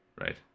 Right